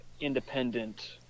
independent